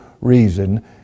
reason